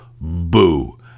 boo